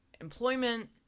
employment